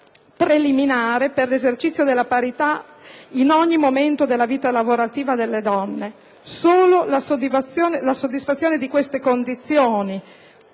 preliminare per l'esercizio della parità in ogni momento della vita lavorativa delle donne. Solo la preventiva e contestuale soddisfazione di queste condizioni